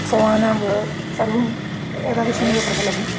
उत्सवानां सर्वम् एतादृशम् एव प्रचलति